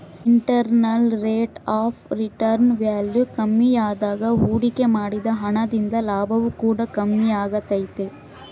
internal rate of return value ಕಮ್ಮಿಯಾದಾಗ ಹೂಡಿಕೆ ಮಾಡಿದ ಹಣ ದಿಂದ ಲಾಭವು ಕೂಡ ಕಮ್ಮಿಯಾಗೆ ತೈತೆ